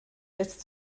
lässt